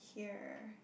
hear